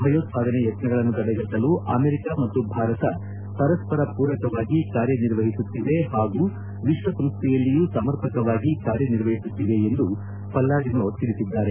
ಭಯೋತ್ಪಾದನೆ ಯತ್ನಗಳನ್ನು ತಡೆಗಟ್ಟಲು ಅಮೆರಿಕ ಮತ್ತು ಭಾರತ ಪರಸ್ಪರ ಮೂರಕವಾಗಿ ಕಾರ್ಯನಿರ್ವಹಿಸುತ್ತಿವೆ ಪಾಗೂ ವಿಶ್ವಸಂಸ್ಥೆಯಲ್ಲಿಯೂ ಸಮರ್ಪಕವಾಗಿ ಕಾರ್ಯನಿರ್ವಹಿಸುತ್ತಿವೆ ಎಂದು ಪಲ್ಲಾಡಿನೊ ಹೇಳಿದ್ದಾರೆ